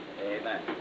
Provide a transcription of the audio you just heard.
Amen